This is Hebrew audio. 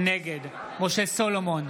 נגד משה סולומון,